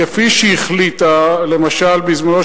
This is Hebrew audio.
כפי שהחליטה למשל,